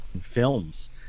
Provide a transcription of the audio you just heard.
films